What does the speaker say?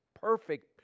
perfect